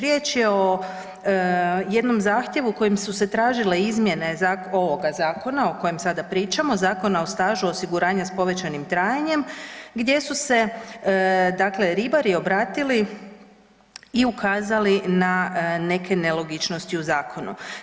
Riječ je o jednom zahtjevu kojim su se tražile izmjene ovoga zakona o kojem sada pričamo, Zakona o stažu osiguranja sa povećanim trajanjem gdje su se, dakle ribari obratili i ukazali na neke nelogičnosti u zakonu.